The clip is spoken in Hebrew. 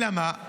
אלא מה?